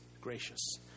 gracious